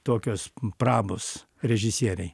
tokios prabos režisieriai